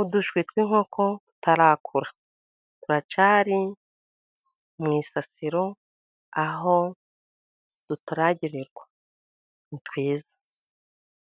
Udushwi tw'inkoko tutarakura, turacyari mu isasiro aho duturagirwa,